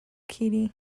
kitty